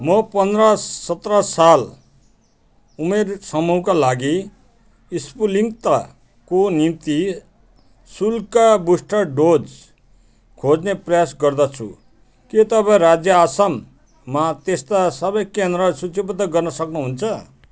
म पन्ध्र सत्र साल उमेर समूहका लागि स्पुतनिकको निम्ति शुल्क बुस्टर डोज खोज्ने प्रयास गर्दछु के तपाईँँ राज्य असममा त्यस्ता सबै केन्द्रहरू सूचीबद्ध गर्न सक्नु हुन्छ